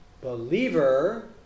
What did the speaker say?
believer